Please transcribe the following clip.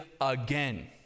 again